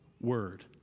word